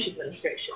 administration